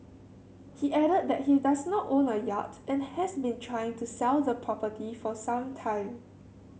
he added that he does not own a yacht and has been trying to sell the property for some time